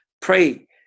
pray